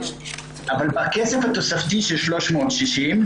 אבל הכסף התוספתי של 360,